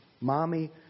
mommy